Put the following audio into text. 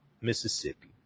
Mississippi